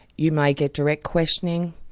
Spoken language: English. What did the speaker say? you may get direct questioning,